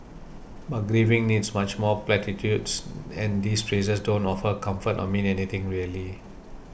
but grieving needs much more platitudes and these phrases don't offer comfort or mean anything really